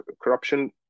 corruption